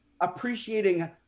appreciating